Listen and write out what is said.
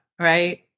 right